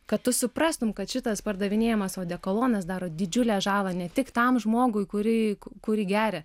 kad tu suprastum kad šitas pardavinėjamas odekolonas daro didžiulę žalą ne tik tam žmogui kurį kurį geria